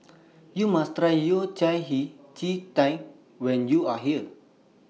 YOU must Try Yao Cai Hei Ji Tang when YOU Are here